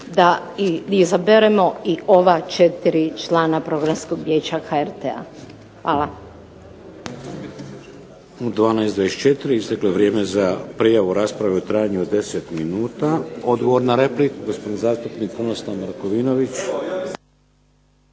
da izaberemo i ova 4 člana Programskog vijeća HRT-a. Hvala.